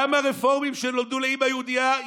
גם הרפורמים שנולדו לאימא יהודייה.